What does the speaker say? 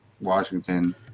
Washington –